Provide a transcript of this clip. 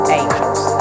angels